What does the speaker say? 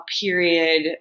period